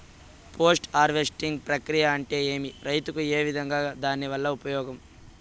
Post harvesting ప్రక్రియ అంటే ఏమి? రైతుకు ఏ విధంగా దాని వల్ల ఉపయోగం?